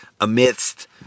amidst